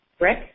Rick